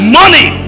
money